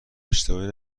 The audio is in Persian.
اشتباهی